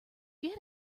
get